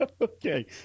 Okay